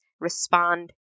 respond